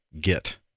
git